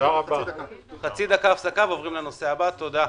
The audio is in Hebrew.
רבה לכולם, הישיבה נעולה.